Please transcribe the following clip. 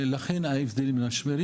אוכלוסייה.